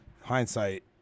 Hindsight